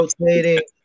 rotating